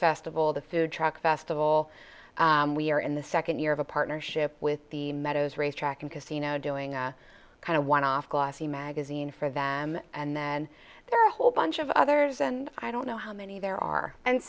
festival the food truck festival we are in the second year of a partnership with the meadows racetrack and casino doing a kind of one off glossy magazine for them and then there are a whole bunch of others and i don't know how many there are and